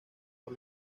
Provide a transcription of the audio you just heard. por